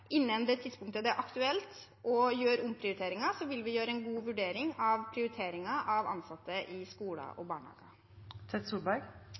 tidspunktet det er aktuelt å gjøre omprioriteringer, vil vi gjøre en god vurdering av prioritering av ansatte i skoler og barnehager. Det blir oppfølgingsspørsmål – først Torstein Tvedt Solberg.